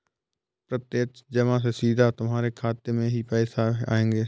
प्रत्यक्ष जमा से सीधा तुम्हारे खाते में ही पैसे आएंगे